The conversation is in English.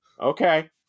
Okay